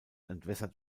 entwässert